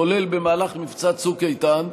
כולל במהלך מבצע צוק איתן,